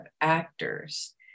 actors